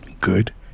Good